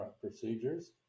procedures